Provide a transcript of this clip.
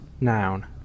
noun